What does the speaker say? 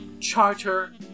charter